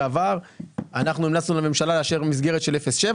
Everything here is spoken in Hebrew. עבר המלצנו לממשלה לאשר מסגרת של 0.7,